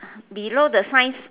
below the science